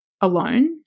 alone